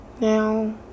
now